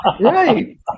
Right